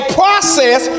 process